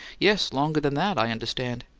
yes, longer than that, i understand.